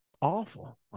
awful